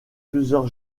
plusieurs